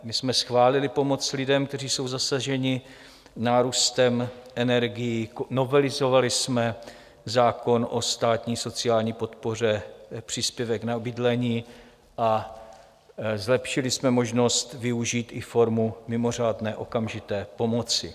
My jsme schválili pomoc lidem, kteří jsou zasaženi nárůstem energií, novelizovali jsme zákon o státní sociální podpoře, příspěvek na bydlení, a zlepšili jsme možnost využít i formu mimořádné okamžité pomoci.